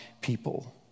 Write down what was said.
people